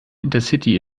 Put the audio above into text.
intercity